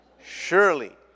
surely